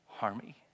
army